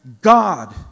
God